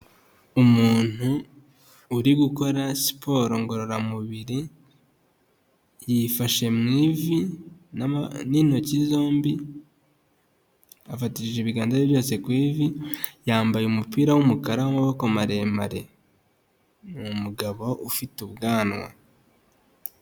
Umuntu uri gukora siporo ngororamubiri, yifashe mu ivi n'intoki zombi, afatije ibiganza bye byose ku ivi, yambaye umupira w'umukara, w'amaboko maremare. Ni umugabo ufite ubwanwa.